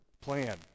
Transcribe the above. Plan